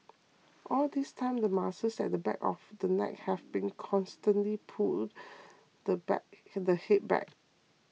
all this time the muscles at the back of the neck have to constantly pull the back and the head back